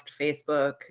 Facebook